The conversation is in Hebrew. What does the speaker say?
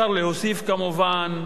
אפשר להוסיף, כמובן,